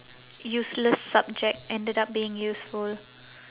useless subject ended up being useful